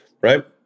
right